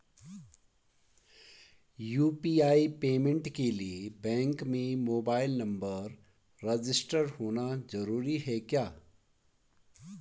UPI payment के लिए bank में मोबाइल नंबर रजिस्टर्ड होना जरूरी है क्या?